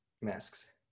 Masks